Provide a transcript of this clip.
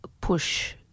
push